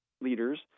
leaders